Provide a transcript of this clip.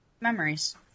Memories